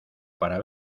para